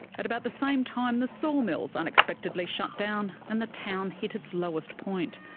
at about the same time, the sawmills unexpectedly shut down and the town hit its lowest point.